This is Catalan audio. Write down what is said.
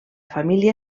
família